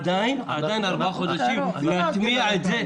עדיין בארבעה חודשים להטמיע את זה